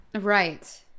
Right